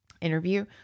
interview